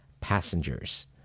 passengers